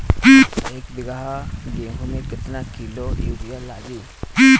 एक बीगहा गेहूं में केतना किलो युरिया लागी?